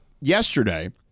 yesterday